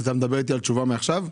אתה מדבר איתי על תשובה מעכשיו?